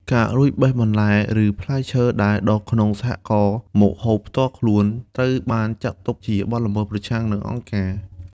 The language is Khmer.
ការលួចបេះបន្លែ ឬផ្លែឈើដែលដុះក្នុងសហករណ៍មកហូបផ្ទាល់ខ្លួន ត្រូវបានចាត់ទុកជាបទល្មើសប្រឆាំងនឹងអង្គការ។